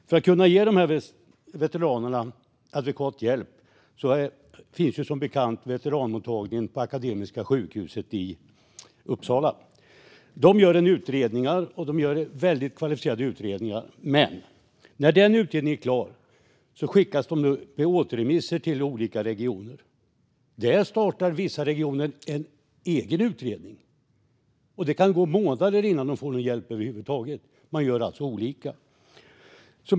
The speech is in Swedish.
För att kunna ge dessa veteraner adekvat hjälp finns som bekant Veteranmottagningen på Akademiska sjukhuset i Uppsala, och där görs kvalificerade utredningar. Men när utredningarna är klara skickas de med återremisser till olika regioner. Där startar vissa regioner en egen utredning, och det kan då gå månader innan veteranerna får någon hjälp över huvud taget. Man gör alltså olika.